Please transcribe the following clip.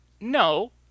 no